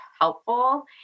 helpful